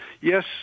Yes